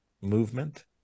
movement